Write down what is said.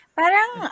parang